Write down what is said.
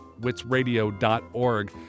WitsRadio.org